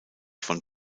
von